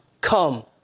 come